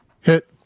Hit